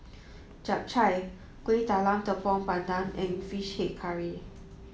Chap Chai Kuih Talam Tepong Pandan and fish head curry